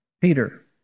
Peter